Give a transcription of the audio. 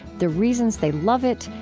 the reasons they love it,